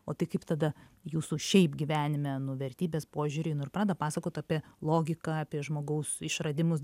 o tai kaip tada jūsų šiaip gyvenime nu vertybės požiūriai nu ir pradeda pasakot apie logiką apie žmogaus išradimus